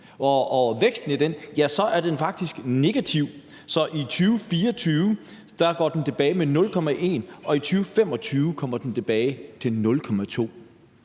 og væksten i den, ja, så vil man se, at den faktisk er negativ, så i 2024 går den tilbage med 0,1 pct. og i 2025 kommer den tilbage til 0,2